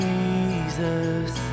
Jesus